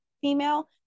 female